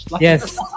yes